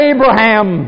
Abraham